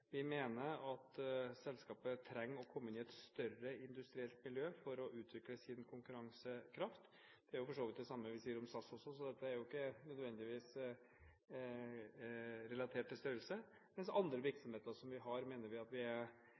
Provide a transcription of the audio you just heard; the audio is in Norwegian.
Vi mener at selskapet trenger å komme inn i et større industrielt miljø for å utvikle sin konkurransekraft. Det er jo for så vidt det samme vi sier om SAS også, så dette er ikke nødvendigvis relatert til størrelse – mens andre virksomheter som vi har, mener vi at vi er